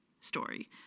story